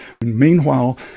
meanwhile